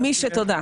תודה.